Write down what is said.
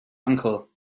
uncle